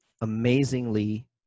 amazingly